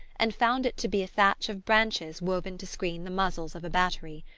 and found it to be a thatch of branches woven to screen the muzzles of a battery.